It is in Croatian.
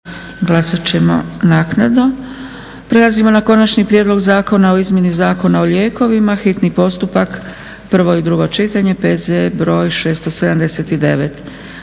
Dragica (SDP)** Prelazimo na: - Konačni prijedlog Zakona o izmjeni Zakona o lijekovima, hitni postupak, prvo i drugo čitanje, P.Z.br. 679.